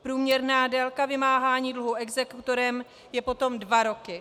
Průměrná délka vymáhání dluhu exekutorem je potom dva roky.